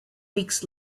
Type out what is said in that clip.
weeks